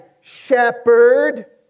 shepherd